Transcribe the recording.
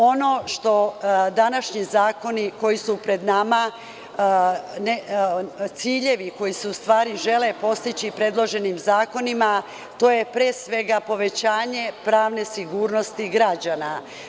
Ono što današnji zakoni, koji su pred nama, ciljevi koji se u stvari žele postići predloženim zakonima to je pre svega povećanje pravne sigurnosti građana.